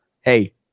Hey